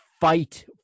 fight